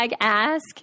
ask